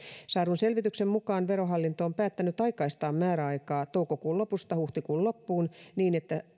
saadun selvityksen mukaan verohallinto on päättänyt aikaistaa määräaikaa toukokuun lopusta huhtikuun loppuun niin että